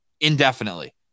indefinitely